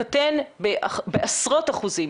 קטן בעשרות אחוזים.